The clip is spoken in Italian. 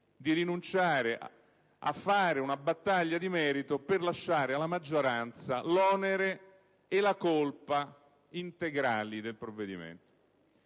di rinunciare a fare una battaglia di merito, per lasciare alla maggioranza l'onere e la colpa integrali del provvedimento.